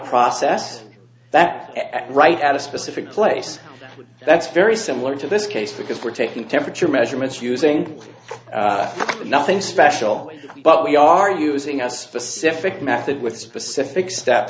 process that at right at a specific place that's very similar to this case because we're taking temperature measurements using nothing special but we are using a specific method with specific steps